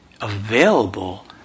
available